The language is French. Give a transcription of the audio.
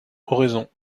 oraison